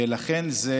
ולכן זה